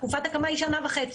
תקופת הקמה היא שנה וחצי.